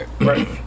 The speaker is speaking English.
right